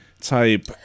type